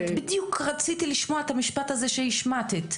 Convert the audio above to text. בדיוק רציתי לשמוע את המשפט הזה שהשמטת.